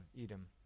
Edom